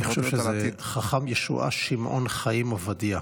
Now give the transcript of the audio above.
אני חושב שזה חכם ישועה שמעון חיים עובדיה.